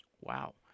Wow